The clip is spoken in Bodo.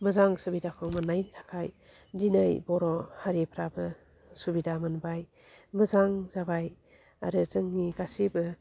मोजां सुबिदाखौ मोन्नायनि थाखाय दिनै बर' हारिफ्राबो सुबिदा मोनबाय मोजां जाबाय आरो जोंनि गासिबो